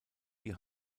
die